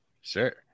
Sure